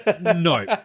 No